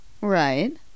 Right